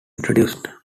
introduced